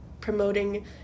promoting